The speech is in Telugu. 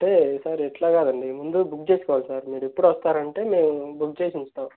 అంటే సార్ ఇట్లా కాదండి ముందు బుక్ చేసుకోవాలి సార్ మీరెప్పుడు వస్తారంటే మేము బుక్ చేసి ఉంచుతాం